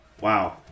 Wow